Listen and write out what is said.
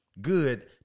good